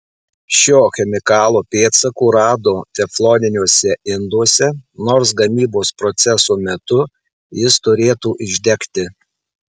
šio chemikalo pėdsakų rado tefloniniuose induose nors gamybos proceso metu jis turėtų išdegti